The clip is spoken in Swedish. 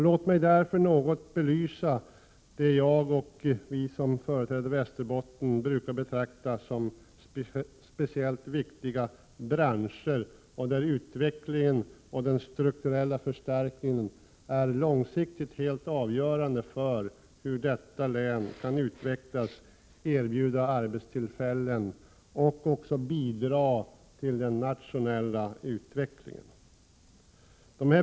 Låt mig därför något belysa det som vi som företräder Västerbotten brukar betrakta som speciellt viktiga branscher där utvecklingen och den strukturella förstärkningen på lång sikt är avgörande för hur detta län kan utvecklas, erbjuda arbetstillfällen och också bidra till den nationella utvecklingen.